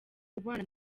ubana